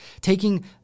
taking